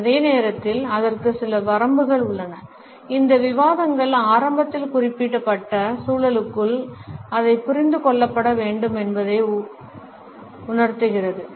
அதே நேரத்தில் அதற்கு சில வரம்புகள் உள்ளன இந்த விவாதங்கள் ஆரம்பத்தில் குறிப்பிடப்பட்ட சூழலுக்குள் அதை புரிந்து கொள்ளப்பட வேண்டும் என்பதை உர்த்துகிறது